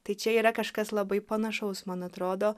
tai čia yra kažkas labai panašaus man atrodo